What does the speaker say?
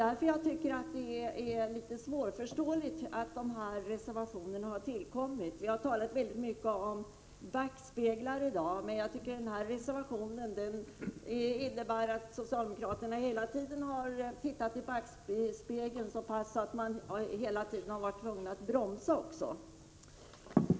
Därför är det svårförståeligt att dessa reservationer har tillkommit. Det har talats mycket om backspeglar i dag, och just denna reservation innebär att socialdemokraterna hela tiden har tittat i backspegeln, så pass att de har varit tvungna att bromsa.